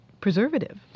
preservative